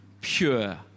pure